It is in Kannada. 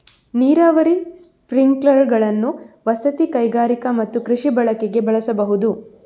ನೀರಾವರಿ ಸ್ಪ್ರಿಂಕ್ಲರುಗಳನ್ನು ವಸತಿ, ಕೈಗಾರಿಕಾ ಮತ್ತು ಕೃಷಿ ಬಳಕೆಗೆ ಬಳಸಬಹುದು